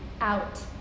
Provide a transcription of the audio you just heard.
out